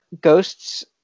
ghosts